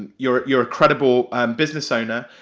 and you're you're a credible business owner.